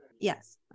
Yes